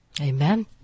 Amen